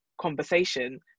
conversation